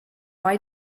why